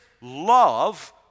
love